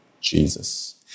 Jesus